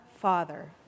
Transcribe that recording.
Father